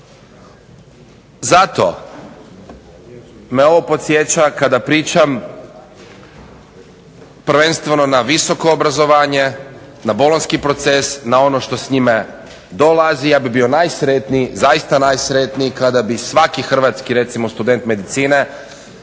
Zato me ovo podsjeća kada pričam prvenstveno na visoko obrazovanje, na bolonjski proces, na ono što s njime dolazi. Ja bih bio najsretniji zaista najsretniji kada bi svaki hrvatski recimo student medicine